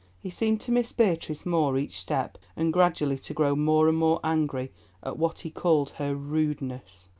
he seemed to miss beatrice more each step and gradually to grow more and more angry at what he called her rudeness.